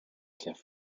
gift